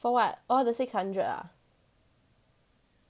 for what oh the six hundred ah